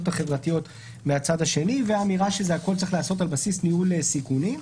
והחברתיות מהצד השני והאמירה שהכול צריך להיעשות על בסיס ניהול סיכונים.